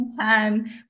time